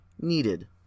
needed